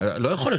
מבקש